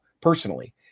personally